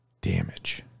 damage